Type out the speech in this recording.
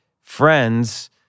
friends